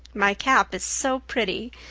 my cap is so pretty.